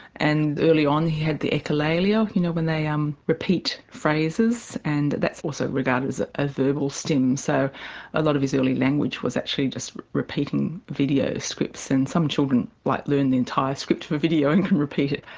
and earlier on he had the echolalia, you know when they um repeat phrases, and that's also regarded as ah a verbal stim, so a lot of his early language was actually just repeating video scripts and some children like learn the entire script of a video and can repeat it.